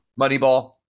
Moneyball